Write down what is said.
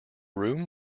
room